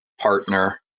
partner